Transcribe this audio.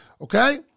Okay